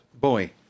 Boy